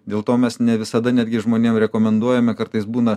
dėl to mes ne visada netgi žmonėm rekomenduojame kartais būna